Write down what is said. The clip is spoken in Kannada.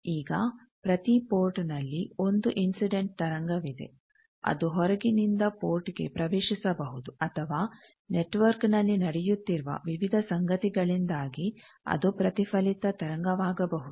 ಈಗ ಪ್ರತಿ ಪೋರ್ಟ್ನಲ್ಲಿ 1 ಇನ್ಸಿಡೆಂಟ್ತರಂಗವಿದೆ ಅದು ಹೊರಗಿನಿಂದ ಪೋರ್ಟ್ಗೆ ಪ್ರವೇಶಿಸಬಹುದು ಅಥವಾ ನೆಟ್ವರ್ಕ್ನಲ್ಲಿ ನಡೆಯುತ್ತಿರುವ ವಿವಿಧ ಸಂಗತಿಗಳಿಂದಾಗಿ ಅದು ಪ್ರತಿಫಲಿತ ತರಂಗವಾಗಬಹುದು